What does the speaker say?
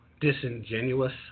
disingenuous